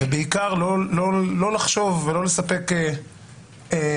ובעיקר לא לחשוב ולא לספק תירוצים.